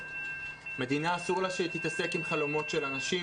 למדינה אסור להתעסק עם חלומות של אנשים,